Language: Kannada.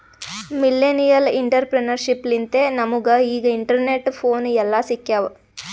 ಮಿಲ್ಲೆನಿಯಲ್ ಇಂಟರಪ್ರೆನರ್ಶಿಪ್ ಲಿಂತೆ ನಮುಗ ಈಗ ಇಂಟರ್ನೆಟ್, ಫೋನ್ ಎಲ್ಲಾ ಸಿಕ್ಯಾವ್